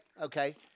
okay